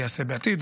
ייעשה בעתיד.